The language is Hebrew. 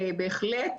בהחלט,